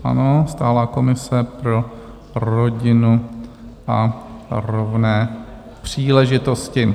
Ano, stálá komise pro rodinu a rovné příležitosti.